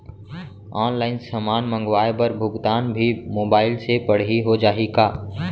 Online समान मंगवाय बर भुगतान भी मोबाइल से पड़ही हो जाही का?